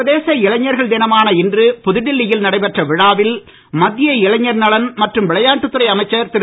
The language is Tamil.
சர்வ தேச இளைஞர்கள் தினமான இன்று புதுடெல்லியில் நடைபெற்ற விழாவில் மத்திய இளைஞர் நலன் மற்றும் விளையாட்டு துறை அமைச்சர் திரு